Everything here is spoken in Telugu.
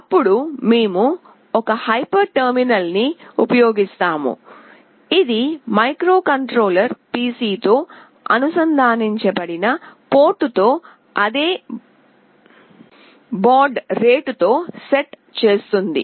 అప్పుడు మేము ఒక హైపర్ టెర్మినల్ని ఉపయోగిస్తాము ఇది మైక్రోకంట్రోలర్ PC తో అనుసంధానించబడిన పోర్ట్తో అదే బాడ్ రేట్తో సెట్ చేస్తుంది